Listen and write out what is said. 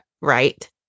right